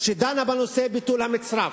שדנה בביטול המצרף: